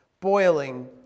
Boiling